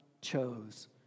chose